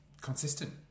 consistent